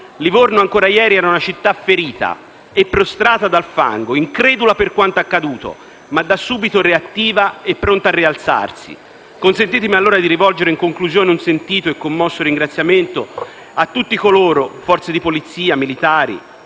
Livorno, ancora ieri, era una città ferita e prostrata dal fango, incredula per quanto accaduto, ma da subito reattiva e pronta a rialzarsi. Consentitemi, allora, di rivolgere, in conclusione, un sentito e commosso ringraziamento a tutti coloro, forze di polizia, militari,